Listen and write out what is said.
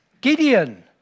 Gideon